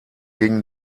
gingen